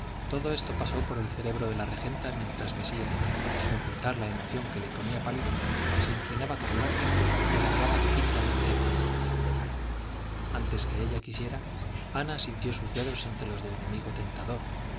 todo esto pasó por el cerebro de la regenta mientras mesía sin ocultar la emoción que le ponía pálido se inclinaba con gracia y alargaba tímidamente una mano antes que ella quisiera ana sintió sus dedos entre los del enemigo tentador